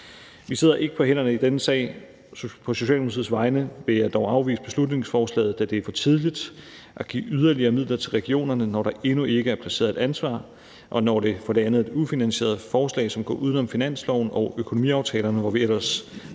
Vi sidder ikke på hænderne i denne sag. På Socialdemokratiets vegne vil jeg dog afvise beslutningsforslaget, da det for det første er for tidligt at give yderligere midler til regionerne, når der endnu ikke er placeret et ansvar, og når det for det andet er et ufinansieret forslag, som går uden om finansloven og økonomiaftalerne, hvor vi ellers